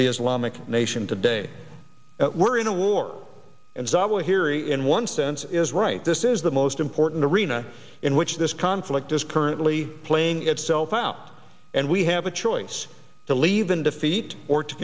the islamic nation today we're in a war and zawahiri in one sense is right this is the most important arena in which this conflict is currently playing itself out and we have a choice to leave in defeat or to